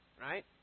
right